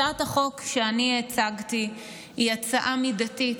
הצעת החוק שאני הצגתי היא הצעה מידתית.